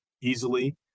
easily